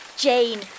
Jane